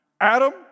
Adam